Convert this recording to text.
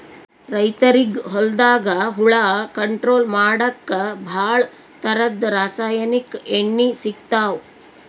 ರೈತರಿಗ್ ಹೊಲ್ದಾಗ ಹುಳ ಕಂಟ್ರೋಲ್ ಮಾಡಕ್ಕ್ ಭಾಳ್ ಥರದ್ ರಾಸಾಯನಿಕ್ ಎಣ್ಣಿ ಸಿಗ್ತಾವ್